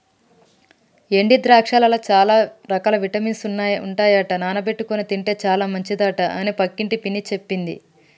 ఎండు ద్రాక్షలల్ల చాల రకాల విటమిన్స్ ఉంటాయట నానబెట్టుకొని తింటే చాల మంచిదట అని పక్కింటి పిన్ని చెప్పింది